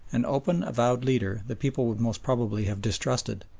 an open avowed leader the people would most probably have distrusted,